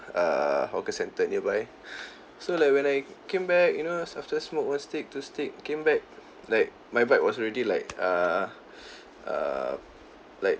err hawker centre nearby so like when I came back you know after I smoke one stick two stick came back like my bike was already like err err like